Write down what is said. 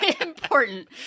important